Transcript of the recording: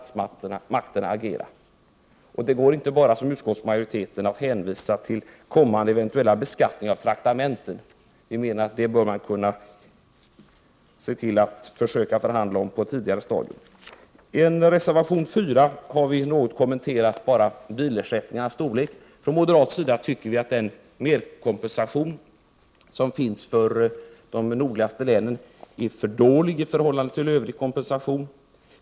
Det går inte att som utskottsmajoriteten bara hänvisa till kommande eventuell beskattning av traktamenten, utan detta bör man försöka förhandla om på ett tidigare stadium. I reservation 4 har vi något kommenterat bilersättningarnas storlek. Från moderat sida tycker vi att den merkompensation som utgår för de nordligaste länen är för dålig i förhållande till övrig kompensation.